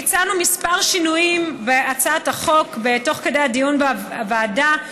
ביצענו שינויים בהצעת החוק תוך כדי הדיון בוועדה,